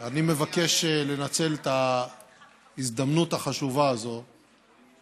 מבקש לנצל את ההזדמנות החשובה הזאת